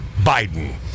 Biden